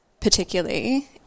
particularly